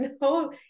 no